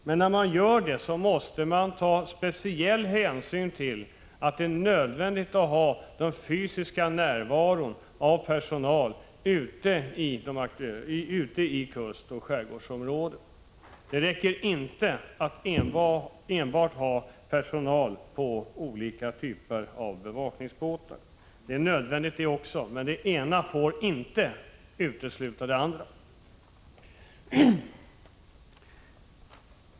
Men när man gör det måste man ta speciell hänsyn till att det är nödvändigt att ha fysisk närvaro av personal ute i kustoch skärgårdsområden. Det räcker inte att ha personal enbart på olika typer av bevakningsbåtar. Också detta är nödvändigt, men det ena får inte utesluta det andra.